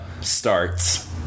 starts